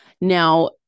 Now